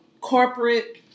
corporate